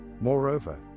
Moreover